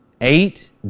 eight